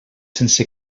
sense